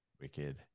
Wicked